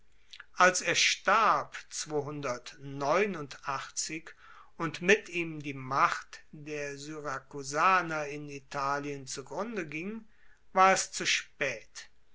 als er starb und mit ihm die macht der syrakusaner in italien zugrunde ging war es zu spaet